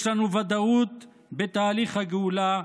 יש לנו ודאות בתהליך הגאולה,